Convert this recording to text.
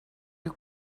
you